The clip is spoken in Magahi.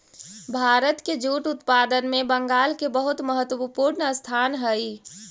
भारत के जूट उत्पादन में बंगाल के बहुत महत्त्वपूर्ण स्थान हई